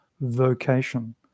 vocation